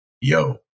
Yo